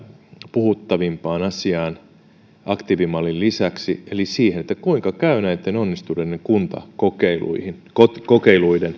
puhuttavimpaan asiaan aktiivimallin lisäksi eli siihen kuinka käy onnistuneitten kuntakokeilujen kuntakokeilujen